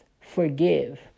Forgive